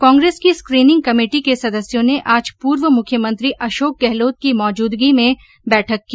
कांग्रेस की screening committee के सदस्यों ने आज पूर्व मुख्यमंत्री अशोक गहलोत की मौजूदगी में बैठक की